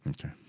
Okay